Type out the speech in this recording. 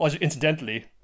Incidentally